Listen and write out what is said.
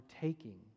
taking